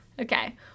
okay